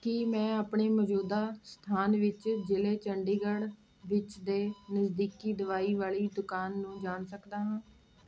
ਕੀ ਮੈਂ ਆਪਣੇ ਮੌਜੂਦਾ ਸਥਾਨ ਵਿੱਚ ਜ਼ਿਲ੍ਹੇ ਚੰਡੀਗੜ੍ਹ ਵਿੱਚ ਦੇ ਨਜ਼ਦੀਕੀ ਦਵਾਈ ਵਾਲੀ ਦੁਕਾਨ ਨੂੰ ਜਾਣ ਸਕਦਾ ਹਾਂ